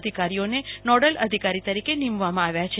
અધિકારીઓને નોડલ અધિકારી તરીકે નિમવામાં આવ્યા છે